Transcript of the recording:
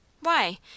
Why